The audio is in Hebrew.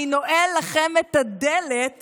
אני נועל לכם את הדלת